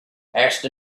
asked